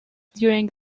during